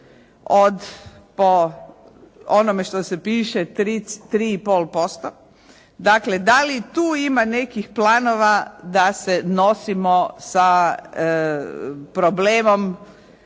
od po onome što se piše 3,5%, dakle da li tu ima nekih planova da se nosimo sa problemom